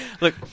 Look